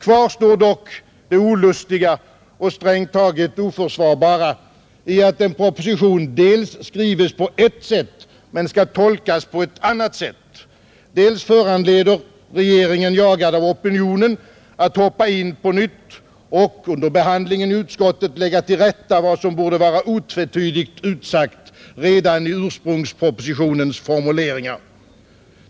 Kvar står dock det olustiga och strängt taget oförsvarbara i att en proposition dels skrivs på ett sätt men skall tolkas på ett annat sätt, dels föranleder regeringen, jagad av opinionen, att hoppa in på nytt och under behandlingen i utskottet lägga till rätta vad som borde vara otvetydigt utsagt redan i ursprungspropositionens formuleringar.